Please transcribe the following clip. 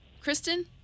Kristen